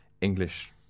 English